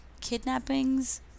kidnappings